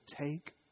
take